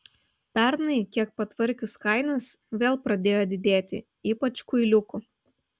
pernai kiek patvarkius kainas vėl pradėjo didėti ypač kuiliukų